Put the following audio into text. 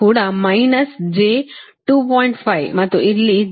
5 ಮತ್ತು ಇಲ್ಲಿ ಇದು j 0